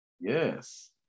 Yes